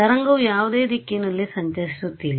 ತರಂಗವು ಯಾವುದೇ ದಿಕ್ಕಿನಲ್ಲಿ ಸಂಚರಿಸುತ್ತಿಲ್ಲ